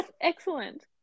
Excellent